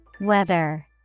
Weather